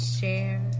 share